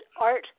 art